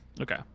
Okay